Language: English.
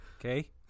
Okay